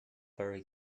very